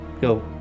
go